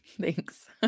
Thanks